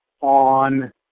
on